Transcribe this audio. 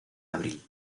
abril